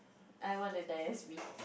I want to die as me